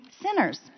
sinners